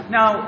Now